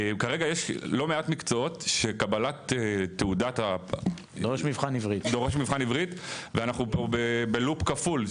כרגע יש לא מעט מקצועות שדורשים מבחן עברית ואנחנו פה בלופ כפול,